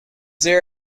there